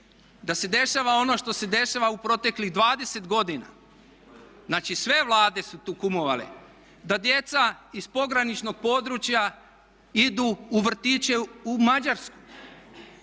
da se dešava ono što se dešava u proteklih 20 godina. Znači sve Vlade su tu kumovale da djeca iz pograničnog područja idu u vrtiće u Mađarsku,